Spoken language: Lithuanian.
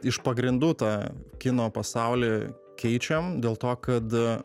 iš pagrindų tą kino pasaulį keičiam dėl to kad